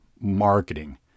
marketing